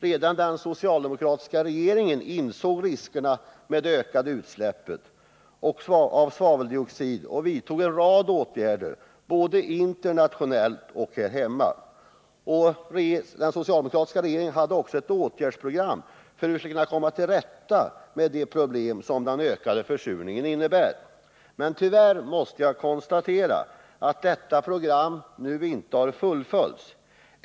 Redan den socialdemokratiska regeringen insåg riskerna med det ökade utsläppet av svaveldioxid och vidtog en rad åtgärder, både internationellt och här hemma. Den socialdemokra tiska regeringen hade också ett åtgärdsprogram för att komma till rätta med de problem som den ökade försurningen medför. Men tyvärr måste jag konstatera att detta program inte har fullföljts.